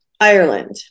Ireland